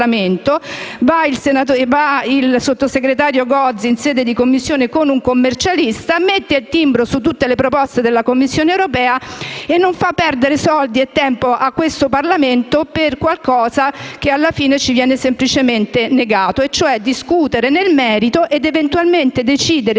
il sottosegretario Gozi va in sede di Commissione con un commercialista, mette il timbro su tutte le proposte della Commissione europea e non fa perdere soldi e tempo a questo Parlamento per un qualcosa che alla fine ci viene semplicemente negato: discutere nel merito ed eventualmente decidere